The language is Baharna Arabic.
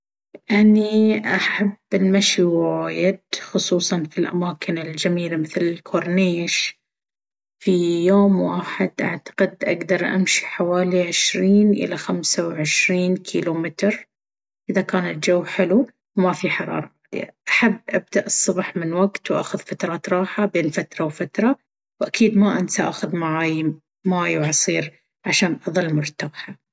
إنّي أحب المشي وايد، خصوصًا في الأماكن الجميلة مثل الكورنيش. في يوم واحد، أعتقد أقدر أمشي حوالي عشرين إلى خمسة وعشرين كيلومتر إذا كان الجو حلو وما في حرارة عالية. أحب أبدأ الصبح من وقت وأخذ فترات راحة بين فترة وفترة، وأكيد ما أنسى آخذ معاي ماي وعصير عشان أظل مرتاحة.